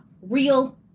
real